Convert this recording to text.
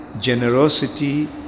generosity